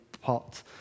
pot